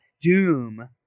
doom